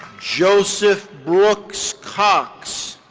joseph brooks cox.